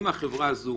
אם החברה הזו